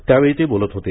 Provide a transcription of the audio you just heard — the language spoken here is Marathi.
त्यावेळी ते बोलत होते